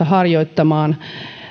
harjoittamaan